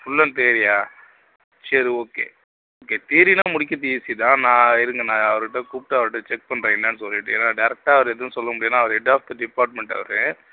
ஃபுல்லும் தியரியா சரி ஓகே ஓகே தியரின்னா முடிக்கிறது ஈஸி தான் நான் இருங்கள் நான் அவருட்டே கூப்பிட்டு அவருட்டே செக் பண்ணுறேன் என்னென்னு சொல்லிவிட்டு ஏன்னா டைரெக்டா அவரை எதுவும் சொல்ல முடியாது ஏன்னா head of the department our